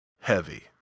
heavy